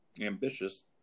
ambitious